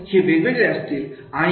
हे वेगवेगळे असतील